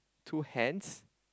two hens